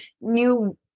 new